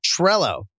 Trello